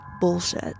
bullshit